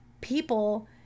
people